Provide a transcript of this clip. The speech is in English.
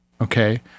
Okay